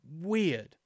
weird